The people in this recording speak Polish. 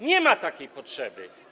Nie ma takiej potrzeby.